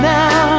now